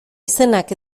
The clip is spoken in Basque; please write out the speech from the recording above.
izenak